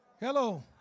Hello